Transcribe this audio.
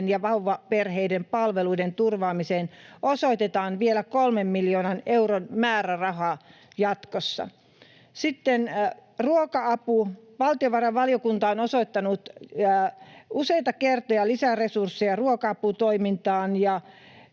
ja vauvaperheiden palveluiden turvaamiseen osoitetaan vielä kolmen miljoonan euron määräraha jatkossa. Sitten ruoka-apu. Valtiovarainvaliokunta on osoittanut useita kertoja lisäresursseja ruoka-aputoimintaan,